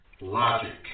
logic